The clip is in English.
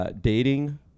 Dating